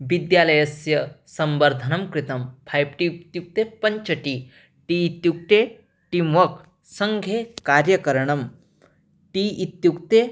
बिद्यालयस्य संवर्धनं कृतं five T इत्युक्ते पञ्च टि टि इत्युक्ते टीम् वक् सङ्घे कार्यकरणं टी इत्युक्ते